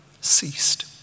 ceased